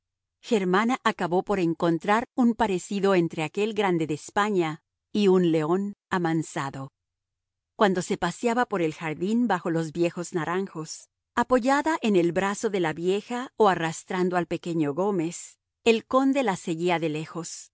germana acabó por encontrar un parecido entre aquel grande de españa y un león amansado cuando se paseaba por el jardín bajo los viejos naranjos apoyada en el brazo de la vieja o arrastrando al pequeño gómez el conde la seguía de lejos